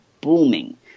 booming